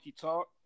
talk